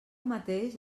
mateix